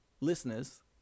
Listeners